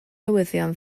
newyddion